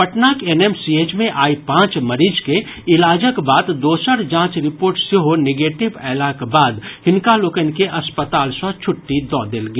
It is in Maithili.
पटनाक एनएमसीएच मे आइ पांच मरीज के इलाजक बाद दोसर जांच रिपोर्ट सेहो निगेटिव अयलाक बाद हिनका लोकनि के अस्पताल सँ छुट्टी दऽ देल गेल